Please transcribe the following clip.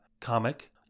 comic